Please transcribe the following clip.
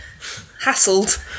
hassled